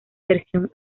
versión